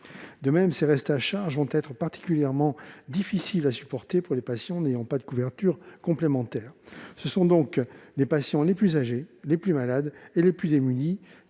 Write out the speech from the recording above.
De plus, ces restes à charge peuvent être très difficiles à supporter pour les patients qui n'ont pas de couverture complémentaire. Ce sont donc les patients les plus âgés, les plus malades et les plus démunis